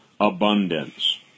Abundance